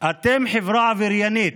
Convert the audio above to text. אתם חברה עבריינית,